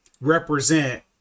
represent